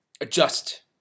Adjust